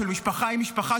של משפחה היא משפחה,